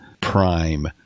prime